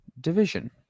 Division